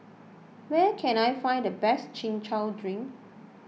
where can I find the best Chin Chow Drink